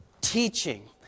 teaching